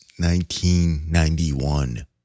1991